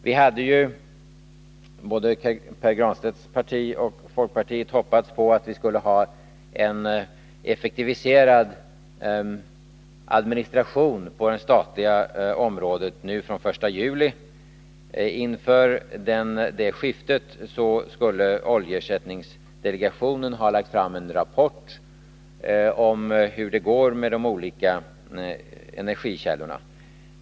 Vi hade i både Pär Granstedts parti och folkpartiet hoppats på att vi skulle ha en effektiviserad administration på det statliga området från den 1 juli. Inför det skiftet skulle oljeersättningsdelegationen ha lagt fram en rapport om hur det går med de olika energikällorna.